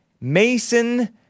Mason